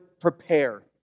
Prepare